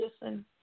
listen